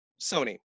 Sony